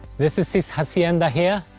this is his hacienda here.